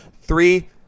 Three